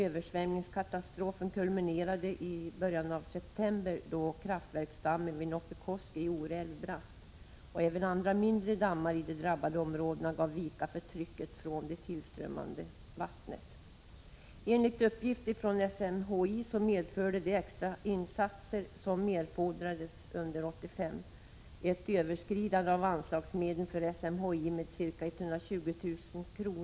Översvämningskatastrofen kulminerade den 7 september då kraftverksdammen vid Noppikoski i Oreälven brast. Även andra mindre dammar i de drabbade områdena gav vika för trycket från det tillströmmande vattnet. Enligt uppgift från SMHI medförde de extra insatser som erfordrades 1985 under översvämningsperioden ett överskridande av anslagsmedlen för SMHI med ca 120 000 kr.